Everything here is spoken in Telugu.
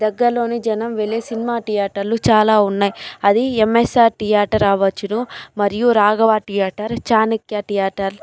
దగ్గర్లోని జనం వెళ్లే సినిమా థియేటర్లు చాలా ఉన్నాయి అది ఎమ్మెస్సార్ థియేటర్ అవ్వొచ్చును మరియు రాఘవ థియేటర్ చాణిక్య థియేటర్